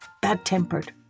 bad-tempered